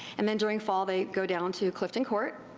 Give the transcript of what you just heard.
and then during fall they go down to clifton court,